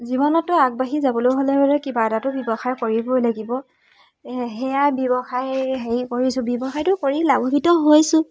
জীৱনততো আগবাঢ়ি যাবলৈ হ'লে মানে কিবা এটাটো ব্যৱসায় কৰিবই লাগিব সেয়াই ব্যৱসায় হেৰি কৰিছোঁ ব্যৱসায়টো কৰি লাভৱিত হৈছোঁ